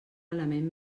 element